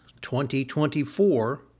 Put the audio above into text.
2024